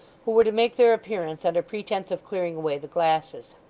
who were to make their appearance under pretence of clearing away the glasses.